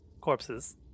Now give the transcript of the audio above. corpses